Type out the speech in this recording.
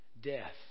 Death